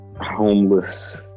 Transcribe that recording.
Homeless